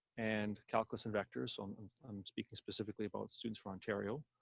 and calculus and vectors, i'm speaking specifically about students for ontario,